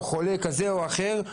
או חולה כזה או אחר?